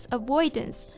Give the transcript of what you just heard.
avoidance